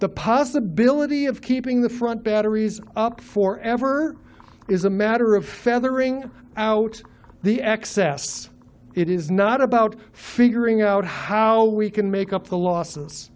the possibility of keeping the front batteries up for ever is a matter of feathering out the excess it is not about figuring out how we can make up the losses